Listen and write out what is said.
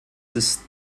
ist